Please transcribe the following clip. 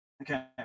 Okay